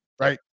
Right